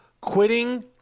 quitting